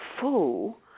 full